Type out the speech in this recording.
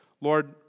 Lord